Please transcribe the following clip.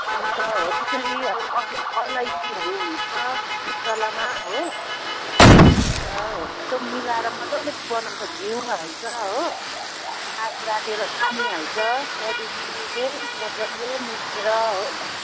अन्त हो त्यसेरी अलैँचीहरू हुन्छ मसालामा हो अन्त हो त्यस्तो मिलाएर मजाले बनाउँछ घिउ हाल्छ हो राखेर पानी हाल्छ त्यहाँदेखि चाहिँ मजाले मुछेर हो